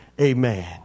Amen